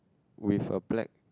with a black